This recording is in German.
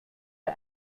der